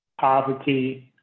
poverty